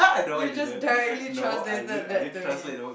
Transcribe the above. you just directly translated that to me